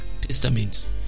testaments